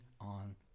on